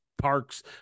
parks